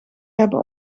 hebben